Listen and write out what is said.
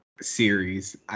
series